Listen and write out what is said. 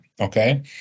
okay